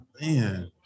man